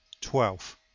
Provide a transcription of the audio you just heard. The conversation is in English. Twelve